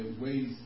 ways